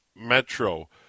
metro